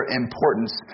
importance